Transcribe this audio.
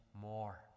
more